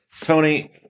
Tony